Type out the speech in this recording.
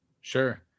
Sure